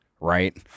right